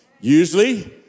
Usually